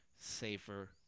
safer